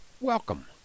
welcome